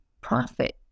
profit